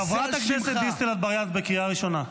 חברת הכנסת דיסטל אטבריאן, את בקריאה ראשונה.